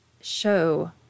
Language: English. show